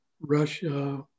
Russia